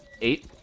eight